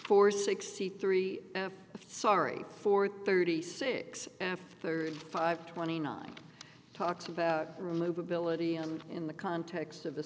for sixty three sorry for thirty six after five twenty nine talks about remove ability and in the context of the